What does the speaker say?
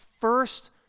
first